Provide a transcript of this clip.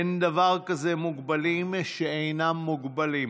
אין דבר כזה מוגבלים ושאינם מוגבלים,